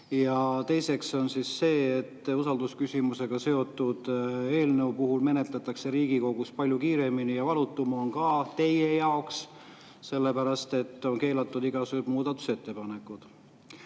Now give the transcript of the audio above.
Ja teiseks on see, et usaldusküsimusega seotud eelnõu menetletakse Riigikogus palju kiiremini ja see on valutum ka teie jaoks sellepärast, et on keelatud igasugused muudatusettepanekud.